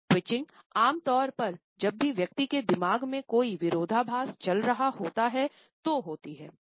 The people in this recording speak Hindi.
तो ट्विचिंग आम तौर पर जब भी व्यक्ति के दिमाग में कोई विरोधाभास चल रहा होता है तो होती हैं